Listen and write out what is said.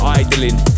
idling